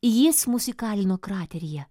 jis mus įkalino krateryje